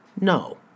No